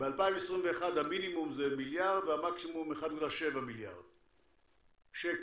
ב-2021 המינימום זה מיליארד והמקסימום 1.7 מיליארד שקל.